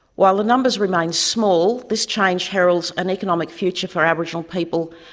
while the numbers remain small, this change heralds an economic future for aboriginal people,